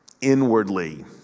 inwardly